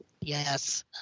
Yes